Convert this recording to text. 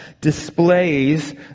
displays